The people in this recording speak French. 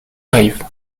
arrive